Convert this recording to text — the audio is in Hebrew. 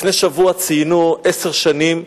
לפני שבוע ציינו עשר שנים,